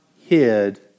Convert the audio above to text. hid